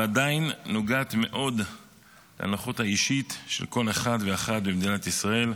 ועדיין נוגעת מאוד לנוחות האישית של כל אחד ואחת במדינת ישראל,